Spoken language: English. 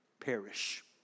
perish